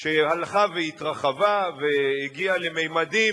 שהלכה והתרחבה והגיעה לממדים